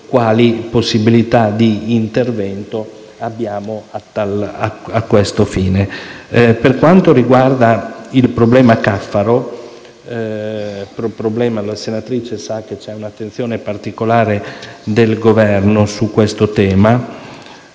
quali possibilità di intervento abbiamo a questo fine. Per quanto riguarda il problema della Caffaro-Brescia srl, sapete che c'è un'attenzione particolare del Governo su questo tema.